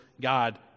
God